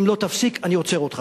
אם לא תפסיק אני עוצר אותך.